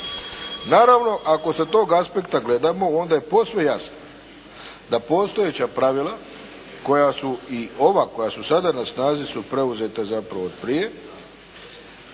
Naravno ako sa tog aspekta gledamo onda je posve jasno da postojeća pravila koja su i ova koja su sada na snazi su preuzeta zapravo od prije